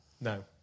No